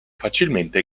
facilmente